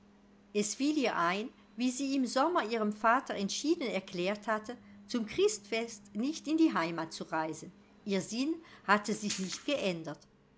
es fiel ihr ein wie sie im sommer ihrem vater entschieden erklärt hatte zum christfest nicht in die heimat zu reisen ihr sinn hatte sich nicht geändert